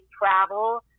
travel